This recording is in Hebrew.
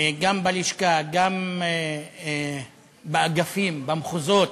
גם בלשכה, גם באגפים, במחוזות,